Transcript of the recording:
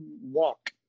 walk